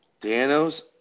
Dano's